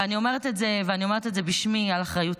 ואני אומרת את זה בשמי, על אחריותי,